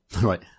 right